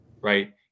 right